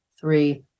three